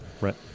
Right